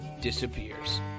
disappears